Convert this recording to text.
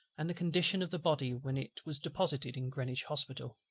and the condition of the body when it was deposited in greenwich hospital.